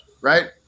right